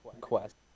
Quest